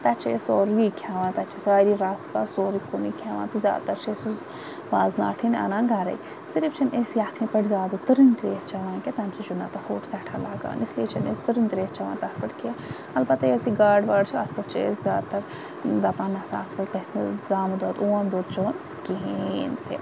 تَتہِ چھِ أسۍ سورٕے کھیٚوان تَتہِ چھِ سورٕے رَس وَس سورٕے کُنوٚے کھیٚوان تہٕ زیادٕ تَر چھِ أسۍ واز ناٹہ ہن اَنان گَرے صرف چھِ نہٕ أسۍ یَکھنہِ پٮ۪ٹھ زیادٕ تٕرٕنۍ تریش چیٚوان کینٛہہ تمہِ سۭتۍ چھُ نَتہٕ ہوٚٹ سیٚٹھاہ لَگان اِس لیے چھِ نہٕ أسۍ تٕرٕنۍ تریش چیٚوان تَتھ پٮ۪ٹھ کینٛہہ اَلبَتہ یۄس یہِ گاڈٕ واڈ چھِ اتھ پٮ۪ٹھ چھِ أسۍ زیادٕ تَر دَپان نَسہَ اتھ پٮ۪ٹھ گَژھِ نہٕ زامُت دۄد اوم دۄد چیٚون کِہیٖنۍ تہِ